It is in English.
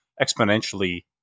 exponentially